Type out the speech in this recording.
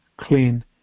clean